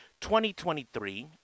2023